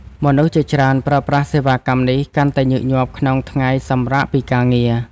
មនុស្សជាច្រើនប្រើប្រាស់សេវាកម្មនេះកាន់តែញឹកញាប់ក្នុងថ្ងៃសម្រាកពីការងារ។